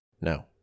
No